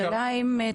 השאלה בעצם,